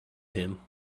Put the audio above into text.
him